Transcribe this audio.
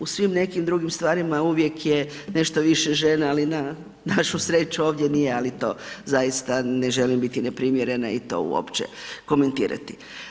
U svim nekim drugim stvarima uvijek je nešto više žena ali na našu sreću, ovdje nije ali to zaista ne želim biti neprimjerena i to uopće komentirati.